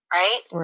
right